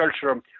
culture